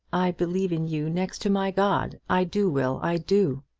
i believe in you next to my god. i do, will i do.